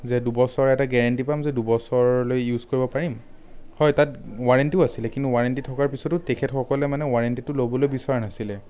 যে দুবছৰ এটা গেৰেণ্টী পাম যে দুবছৰলৈ ইউজ কৰিব পাৰিম হয় তাত ৱাৰেণ্টীও আছিলে কিন্তু ৱাৰেণ্টী থকাৰ পিছতো তেখেতসকলে মানে ৱাৰেণ্টীটো ল'বলৈ বিচৰা নাছিলে